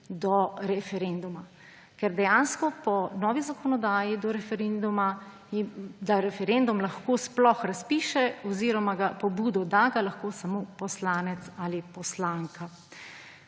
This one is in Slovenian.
do referenduma, ker dejansko po novi zakonodaji, da referendum lahko sploh razpiše oziroma zanj pobudo da, ga lahko samo poslanec ali poslanka.